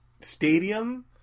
Stadium